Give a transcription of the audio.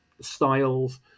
styles